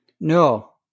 No